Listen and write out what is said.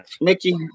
Mickey